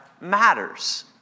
matters